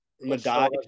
Madai